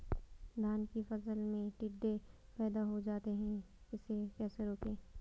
धान की फसल में टिड्डे पैदा हो जाते हैं इसे कैसे रोकें?